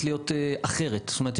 באיזושהי ועדה,